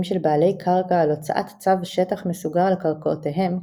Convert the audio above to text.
של בעלי קרקע על הוצאת צו שטח מסוגר על קרקעותיהם,